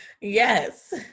Yes